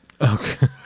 Okay